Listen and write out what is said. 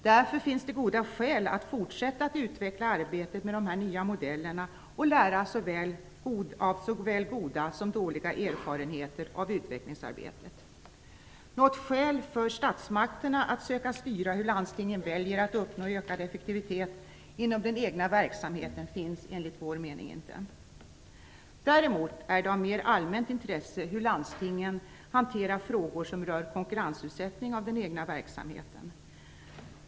Därför finns det goda skäl att fortsätta att utveckla arbetet med de nya modellerna och lära av såväl goda som dåliga erfarenheter av utvecklingsarbetet. Något skäl för statsmakterna att försöka styra hur landstingen väljer att uppnå ökad effektivitet inom den egna verksamheten finns enligt vår mening inte. Däremot är det av mer allmänt intresse hur landstingen hanterar frågor som rör konkurrensutsättning av den egna verksamheten.